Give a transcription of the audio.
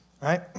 right